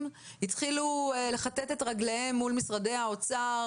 התחילו לכתת את רגליהם מול משרדי האוצר,